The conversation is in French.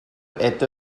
est